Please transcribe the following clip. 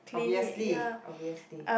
obviously obviously